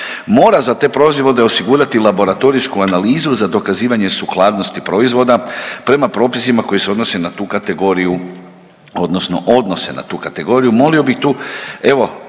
mora za te proizvode osigurati laboratorijsku analizu za dokazivanje sukladnosti proizvoda prema propisima koji se odnose na tu kategoriju odnosno odnose na tu kategoriju.